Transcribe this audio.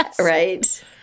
Right